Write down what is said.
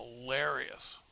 hilarious